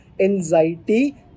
anxiety